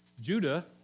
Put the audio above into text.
Judah